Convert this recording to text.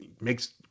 makes